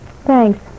Thanks